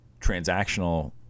transactional